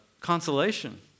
consolation